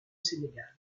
sénégal